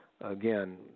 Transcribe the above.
Again